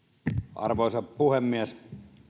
arvoisa puhemies